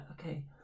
okay